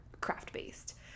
craft-based